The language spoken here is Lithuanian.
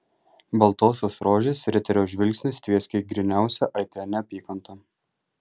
baltosios rožės riterio žvilgsnis tvieskė gryniausia aitria neapykanta